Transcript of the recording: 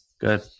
Good